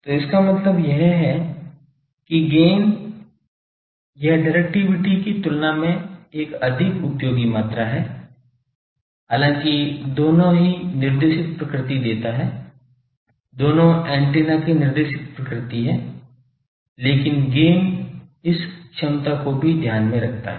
तो इसका मतलब यह है कि गैन यह डिरेक्टिविटी की तुलना में एक अधिक उपयोगी मात्रा है हालांकि दोनों ही निर्देशित प्रकृति देता है दोनों ऐन्टेना की निर्देशित प्रकृति है लेकिन गैन इस क्षमता को भी ध्यान में रखता है